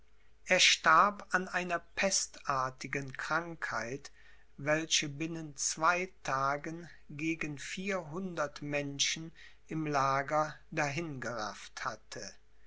er starb an einer pestartigen krankheit welche binnen zwei tagen gegen vierhundert menschen im lager dahin gerafft hatte